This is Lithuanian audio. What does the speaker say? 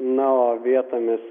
na o vietomis